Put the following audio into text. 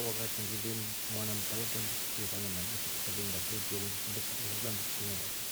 Wakati ngili mwana mta kutre tuve fanya maigiso tu kalyaa iinda shule tuve kundi shule kila mfiri tuleenda shule.